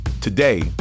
Today